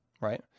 right